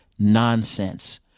Nonsense